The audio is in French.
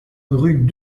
rue